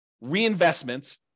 reinvestment